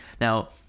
Now